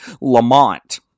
Lamont